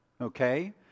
okay